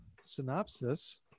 Synopsis